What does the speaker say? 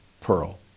pearl